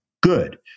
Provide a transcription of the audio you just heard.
good